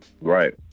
right